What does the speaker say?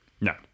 no